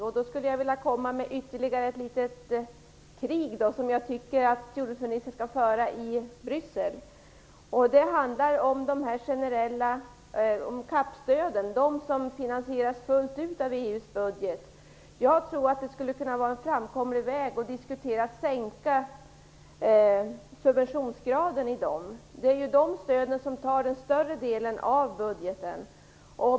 Jag skulle vilja komma med ytterligare ett litet krig som jag tycker att jordbruksministern skall föra i Bryssel. Det handlar då om CAP-stöden, som finansieras fullt ut över EU:s budget. Jag tror att det skulle kunna vara en framkomlig väg att diskutera en sänkning av subventionsgraden där. Det är ju de här stöden som tar större delen av budgeten.